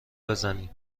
بزنیم